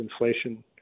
inflation